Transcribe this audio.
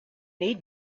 need